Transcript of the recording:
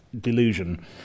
delusion